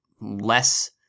less